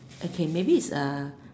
okay maybe it's